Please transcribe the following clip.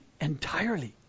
entirely